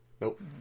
Nope